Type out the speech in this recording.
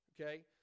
Okay